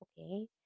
okay